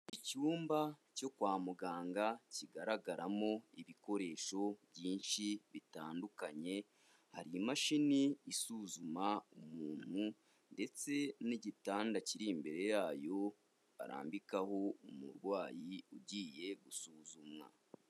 Icyumba cyo kwa muganga kigaragaramo ibikoresho byinshi bitandukanye, hari imashini isuzuma umuntu ndetse n'igitanda kiri imbere yayo barambikaho umurwayi ugiye gusuzumwa.